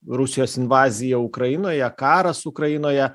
rusijos invazija ukrainoje karas ukrainoje